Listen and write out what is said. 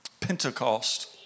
Pentecost